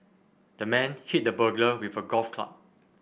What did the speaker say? the man hit the burglar with a golf club